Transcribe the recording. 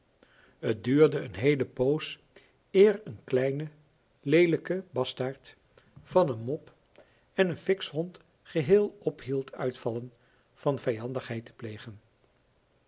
het duurde een heele poos eer een kleine leelijke bastaard van een mop en een fikshond geheel ophield uitvallen van vijandigheid te plegen